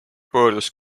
pöördus